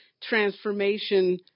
transformation